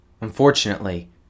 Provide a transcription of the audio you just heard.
Unfortunately